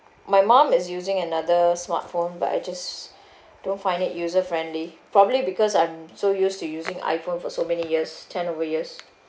my mum is using another smartphone but I just don't find it user-friendly probably because I'm so used to using iPhone for so many years ten over years